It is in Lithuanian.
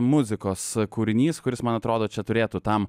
muzikos kūrinys kuris man atrodo čia turėtų tam